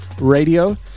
radio